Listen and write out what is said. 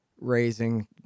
raising